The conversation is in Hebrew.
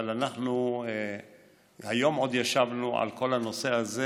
אבל היום עוד ישבנו על כל הנושא הזה